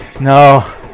No